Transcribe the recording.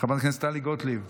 חברת הכנסת טלי גוטליב,